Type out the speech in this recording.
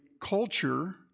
culture